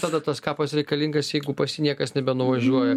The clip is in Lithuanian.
tada tas kapas reikalingas jeigu pas jį niekas nebenuvažiuoja